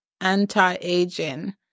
anti-aging